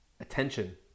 attention